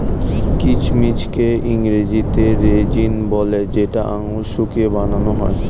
কিচমিচকে ইংরেজিতে রেজিন বলে যেটা আঙুর শুকিয়ে বানান হয়